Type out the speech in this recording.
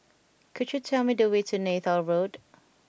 could you tell me the way to Neythal Road